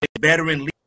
veteran